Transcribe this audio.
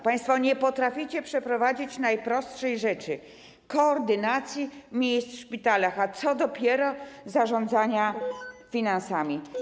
Państwo nie potraficie przeprowadzić najprostszej rzeczy: koordynacji miejsc w szpitalach, a co dopiero zarządzania finansami.